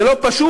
זה לא פשוט,